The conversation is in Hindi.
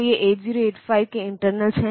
तो ये 8085 के इंटरनल्स हैं